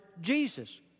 Jesus